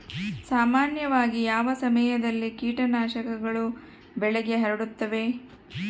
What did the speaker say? ಸಾಮಾನ್ಯವಾಗಿ ಯಾವ ಸಮಯದಲ್ಲಿ ಕೇಟನಾಶಕಗಳು ಬೆಳೆಗೆ ಹರಡುತ್ತವೆ?